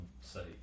say